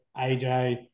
AJ